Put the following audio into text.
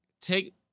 take